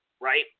right